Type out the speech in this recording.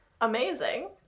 Amazing